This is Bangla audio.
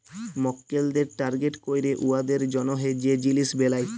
মক্কেলদের টার্গেট ক্যইরে উয়াদের জ্যনহে যে জিলিস বেলায়